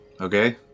Okay